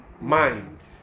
mind